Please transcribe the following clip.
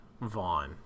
vaughn